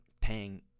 paying